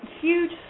huge